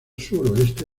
suroeste